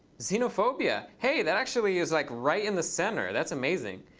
xenophobia. hey, that actually is like right in the center. that's amazing.